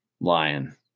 Lion